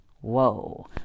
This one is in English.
Whoa